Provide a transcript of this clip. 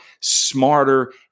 smarter